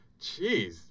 Jeez